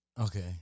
Okay